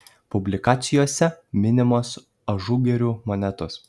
publikacijose minimos ažugirių monetos